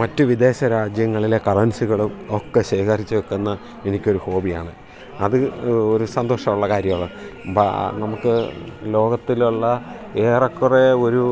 മറ്റു വിദേശ രാജ്യങ്ങളിലെ കറൻസികളും ഒക്കെ ശേഖരിച്ചു വെക്കുന്നത് എനിക്കൊരു ഹോബിയാണ് അത് ഒരു സന്തോഷമുള്ള കാര്യമാണ് നമുക്ക് ലോകത്തിലുള്ള ഏറെക്കുറേ ഒരു